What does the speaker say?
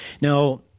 Now